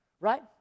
right